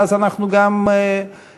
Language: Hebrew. ואז אנחנו גם נוכל,